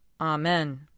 Amen